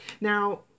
Now